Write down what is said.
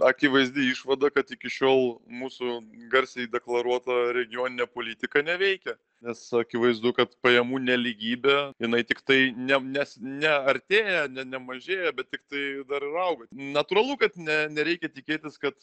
akivaizdi išvada kad iki šiol mūsų garsiai deklaruota regioninė politika neveikia nes akivaizdu kad pajamų nelygybė jinai tiktai ne nes ne artėja ne nemažėja bet tiktai dar ir auga natūralu kad ne nereikia tikėtis kad